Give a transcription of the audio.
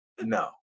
no